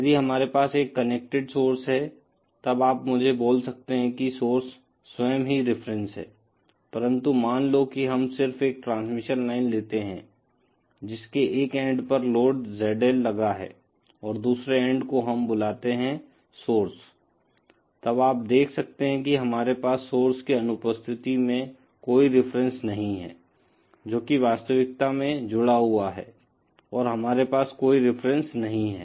यदि हमारे पास एक कनेक्टेड सोर्स है तब आप मुझे बोल सकते हैं की सोर्स स्वयं ही रिफरेन्स है परन्तु मान लो की हम सिर्फ एक ट्रांसमिशन लाइन लेते हैं जिसके एक एन्ड पर लोड ZL लगा है और दूसरे एन्ड को हम बुलाते हैं सोर्स तब आप देख सकते हैं की हमारे पास सोर्स की अनुपस्थिति में कोई रिफरेन्स नहीं है जो की वास्तविकता मैं जुड़ा हुआ है हमारे पास कोई रिफरेन्स नहीं है